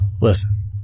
Listen